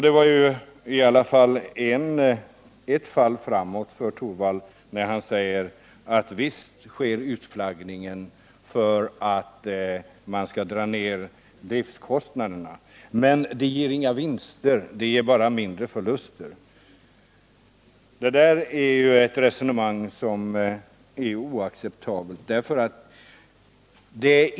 Det var ändå ett fall framåt för Rune Torwald, när han sade att utflaggningen visst sker för att man skall dra ned driftkostnaderna men att den inte ger några vinster utan bara mindre förluster. Detta är ett resonemang som är oacceptabelt.